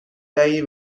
دهی